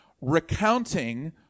recounting